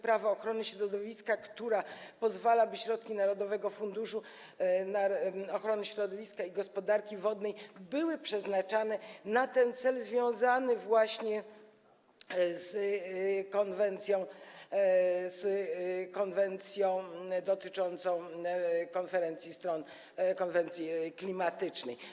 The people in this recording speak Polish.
Prawa ochrony środowiska, która pozwala na to, by środki Narodowego Funduszu Ochrony Środowiska i Gospodarki Wodnej były przeznaczane na ten cel związany właśnie z konwencją, dotyczący konferencji stron konwencji klimatycznej.